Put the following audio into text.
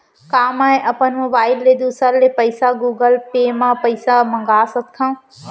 का मैं अपन मोबाइल ले दूसर ले पइसा गूगल पे म पइसा मंगा सकथव?